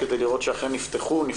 כדי לראות שאכן נפתחו או נפתחים,